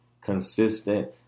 consistent